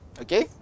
okay